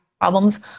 problems